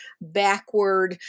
backward